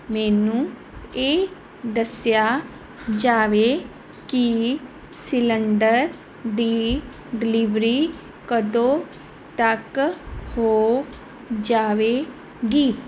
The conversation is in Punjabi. ਮੈਨੂੰ ਇਹ ਦੱਸਿਆ ਜਾਵੇ ਕਿ ਸਿਲੰਡਰ ਦੀ ਡਿਲੀਵਰੀ ਕਦੋਂ ਤੱਕ ਹੋ ਜਾਵੇਗੀ